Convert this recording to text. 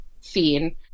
scene